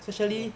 ah